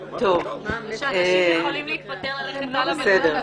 אנחנו פועלים על פי הסמכות שיש לנו.